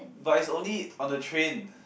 but is only on the train